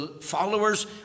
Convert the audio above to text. followers